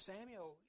Samuel